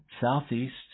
southeast